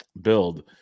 build